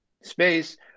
space